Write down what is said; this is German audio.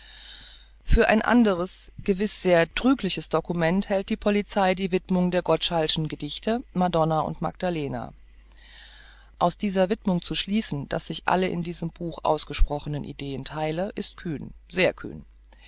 für ein anderes gewiß sehr trügliches dokument hält die polizei die widmung der gottschall'schen gedichte madonna und magdalena aus dieser widmung zu schließen daß ich alle in diesem buch ausgesprochenen ideen theile ist kühn sehr kühn